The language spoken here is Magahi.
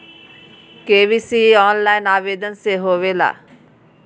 के.वाई.सी ऑनलाइन आवेदन से होवे ला?